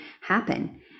happen